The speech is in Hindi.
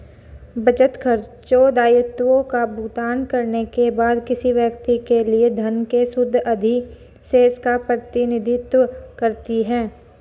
बचत, खर्चों, दायित्वों का भुगतान करने के बाद किसी व्यक्ति के लिए धन के शुद्ध अधिशेष का प्रतिनिधित्व करती है